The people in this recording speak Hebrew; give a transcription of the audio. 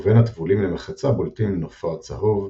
ובין הטבולים למחצה בולטים נופר צהוב,